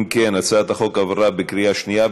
אם כן, הצעת החוק התקבלה בקריאה שנייה.